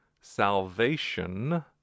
Salvation